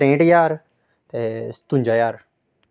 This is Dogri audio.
त्रेंह्ट ज्हार ते सतुंजा ज्हार